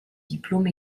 diplôme